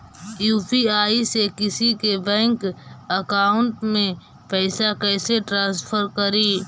UPI से किसी के बैंक अकाउंट में पैसा कैसे ट्रांसफर करी?